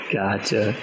gotcha